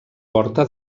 porta